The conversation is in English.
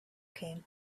came